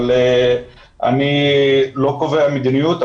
אבל אני לא קובע מדיניות.